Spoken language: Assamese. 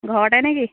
ঘৰতে নেকি